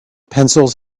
pencils